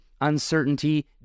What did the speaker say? uncertainty